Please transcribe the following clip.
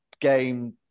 game